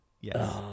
Yes